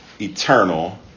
eternal